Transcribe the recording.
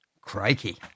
Crikey